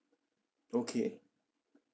okay